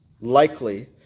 likely